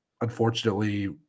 unfortunately